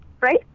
right